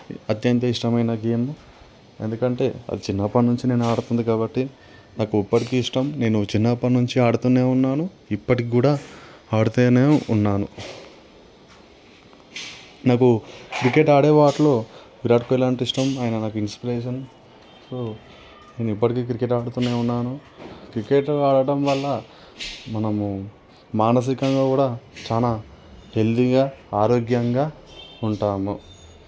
అత్యంత ఇష్టమైన గేమ్ ఎందుకు అంటే చిన్నప్పటినుంచి నేను ఆడుతున్నాను కాబట్టి నాకు ఇప్పటికీ ఇష్టం నేను చిన్నప్పటి నుంచి ఆడుతూనే ఉన్నాను ఇప్పటికి కూడా ఆడుతూనే ఉన్నాను నాకు క్రికెట్ ఆడేవాళ్ళు విరాట్ కోహ్లీ అంటే ఇష్టం ఆయన నాకు ఇన్స్పిరేషన్ సో నేను ఇప్పటికీ క్రికెట్ ఆడుతూనే ఉన్నాను క్రికెట్ ఆడటం వల్ల మనము మానసికంగా కూడా చాలా హెల్దీగా ఆరోగ్యంగా ఉంటాము